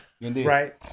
Right